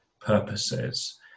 purposes